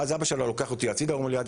ואז אבא שלך לקח אותי הצידה ואמר לי: עדי,